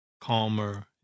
calmer